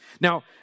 Now